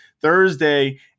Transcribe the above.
Thursday